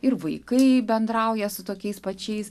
ir vaikai bendrauja su tokiais pačiais